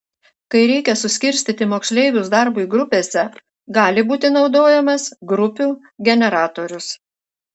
kai reikia suskirstyti moksleivius darbui grupėse gali būti naudojamas grupių generatorius